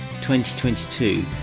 2022